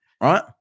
right